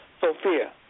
Sophia